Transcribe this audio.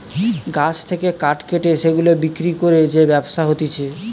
গাছ থেকে কাঠ কেটে সেগুলা বিক্রি করে যে ব্যবসা হতিছে